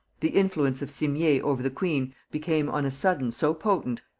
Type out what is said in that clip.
the influence of simier over the queen became on a sudden so potent,